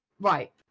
Right